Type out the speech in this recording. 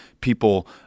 people